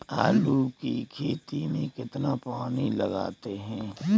आलू की खेती में कितना पानी लगाते हैं?